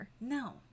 No